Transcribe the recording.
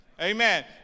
Amen